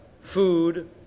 food